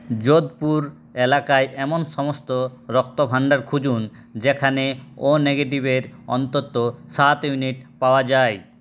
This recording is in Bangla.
যোধপুর এলাকায় এমন সমস্ত রক্তভাণ্ডার খুঁজুন যেখানে ও নেগেটিভ এর অন্তত সাত ইউনিট পাওয়া যায়